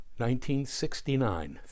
1969